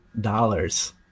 dollars